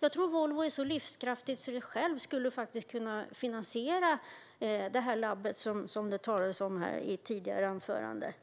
Jag tror att Volvo är så livskraftigt att man själv skulle kunna finansiera det labb som det talades om i ett tidigare inlägg.